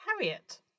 Harriet